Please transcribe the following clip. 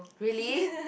really